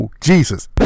Jesus